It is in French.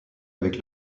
avec